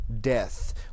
death